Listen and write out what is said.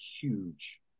huge